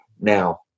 now